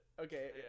Okay